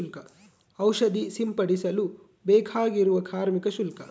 ಔಷಧಿ ಸಿಂಪಡಿಸಲು ಬೇಕಾಗುವ ಕಾರ್ಮಿಕ ಶುಲ್ಕ?